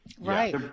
Right